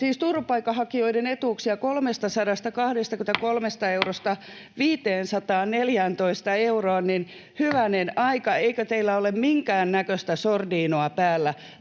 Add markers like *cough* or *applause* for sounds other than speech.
siis turvapaikanhakijoiden etuuksia, 323 eurosta *noise* 514 euroon: hyvänen aika, eikö teillä ole minkäännäköistä sordiinoa päällä